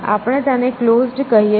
આપણે તેને ક્લોઝડ કહીએ છીએ